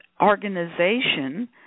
organization